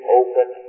open